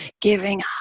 giving